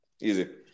Easy